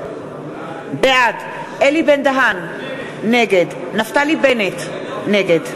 בעד אלי בן-דהן, נגד נפתלי בנט, נגד